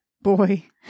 Boy